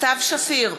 סתיו שפיר,